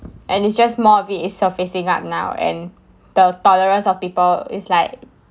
and it's just more of it is surfacing up now and the tolerance of people is like